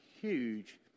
huge